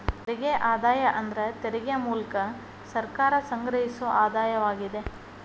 ತೆರಿಗೆ ಆದಾಯ ಅಂದ್ರ ತೆರಿಗೆ ಮೂಲ್ಕ ಸರ್ಕಾರ ಸಂಗ್ರಹಿಸೊ ಆದಾಯವಾಗಿದೆ